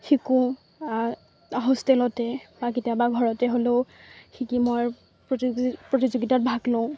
শিকোঁ হোষ্টেলতে বা কেতিয়াবা ঘৰতে হ'লেও শিকি মই প্ৰতি প্ৰতিযোগিতাত ভাগ লওঁ